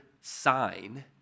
sign